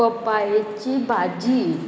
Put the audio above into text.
पोपायेची भाजी